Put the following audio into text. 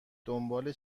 دنبال